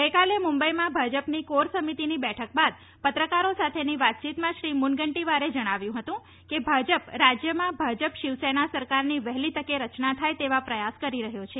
ગઈકાલે મુંબઈમાં ભાજપની કોર સમિતીની બેઠક બાદ પત્રકારો સાથેની વાતચીતમાં શ્રી મુનગંટીવારે જણાવ્યું હતું કે ભાજપ રાજ્યમાં ભાજપ શિવસેના સરકારની વહેલી તકે રચના થાય તેવા પ્રયાસ કરી રહ્યો છે